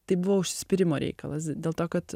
tai buvo užsispyrimo reikalas dėl to kad